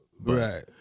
Right